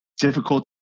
difficult